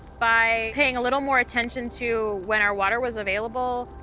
by paying a little more attention to when our water was available.